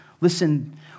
Listen